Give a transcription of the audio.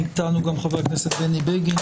איתנו גם חה"כ בני בגין.